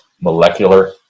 molecular